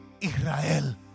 Israel